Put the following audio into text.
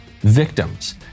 victims